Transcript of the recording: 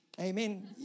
Amen